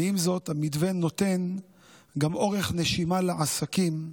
ועם זאת, המתווה נותן גם אורך נשימה לעסקים,